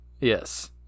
yes